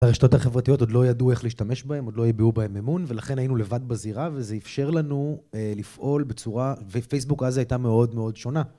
הרשתות החברתיות עוד לא ידעו איך להשתמש בהם, עוד לא הביעו בהם אמון, ולכן היינו לבד בזירה, וזה אפשר לנו לפעול בצורה, ופייסבוק אז הייתה מאוד מאוד שונה.